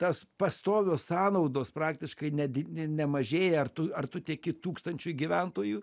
tas pastovios sąnaudos praktiškai nedi ne nemažėja ar tu ar tu tieki tūkstančiui gyventojų